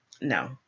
No